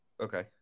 Okay